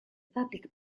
public